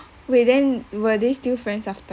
wait then were they still friends after